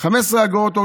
הורידה 15 אגורות.